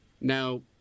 Now